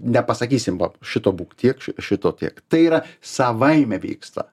nepasakysim vat šito būk tiek šito tiek tai yra savaime vyksta